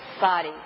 body